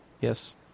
yes